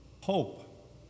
Hope